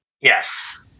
Yes